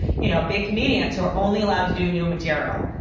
you know big comedians who are only allowed to do new material.